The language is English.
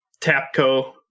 tapco